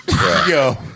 Yo